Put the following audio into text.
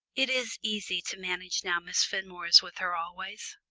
it is easy to manage now miss fenmore is with her always.